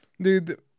Dude